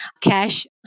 cash